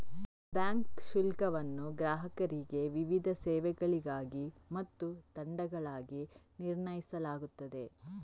bank ಶುಲ್ಕವನ್ನು ಗ್ರಾಹಕರಿಗೆ ವಿವಿಧ ಸೇವೆಗಳಿಗಾಗಿ ಮತ್ತು ದಂಡಗಳಾಗಿ ನಿರ್ಣಯಿಸಲಾಗುತ್ತದೆ